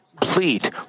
plead